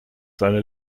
seine